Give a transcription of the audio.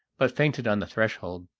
but fainted on the threshold.